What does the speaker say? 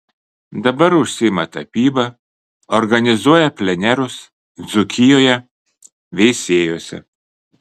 dabar užsiima tapyba organizuoja plenerus dzūkijoje veisiejuose